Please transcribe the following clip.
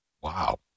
Wow